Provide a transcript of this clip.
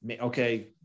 okay